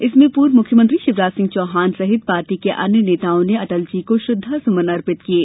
इसमें पूर्व मुख्यमंत्री शिवराज सिंह चौहान सहित पार्टी के अन्य नेताओं ने अटलजी को श्रद्वासुमन अर्पित किये